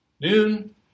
noon